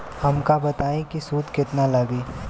हमका बताई कि सूद केतना लागी?